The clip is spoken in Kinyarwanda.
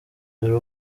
dore